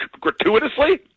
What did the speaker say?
gratuitously